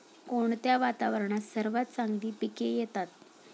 कोणत्या वातावरणात सर्वात चांगली पिके येतात?